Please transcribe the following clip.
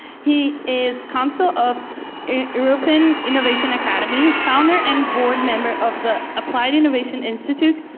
he is consul of european innovation academy, founder and board member of the applied innovation institute,